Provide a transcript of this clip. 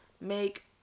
make